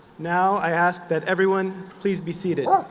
now, i ask that everyone please be seated.